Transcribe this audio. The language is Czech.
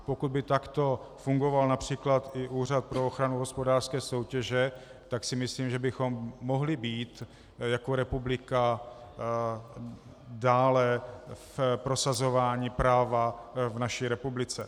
Pokud by takto fungoval například i Úřad pro ochranu hospodářské soutěže, tak si myslím, že bychom mohli být jako republika dále v prosazování práva v naší republice.